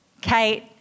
Kate